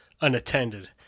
unattended